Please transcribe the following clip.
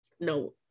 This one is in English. No